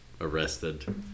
arrested